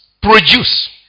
produce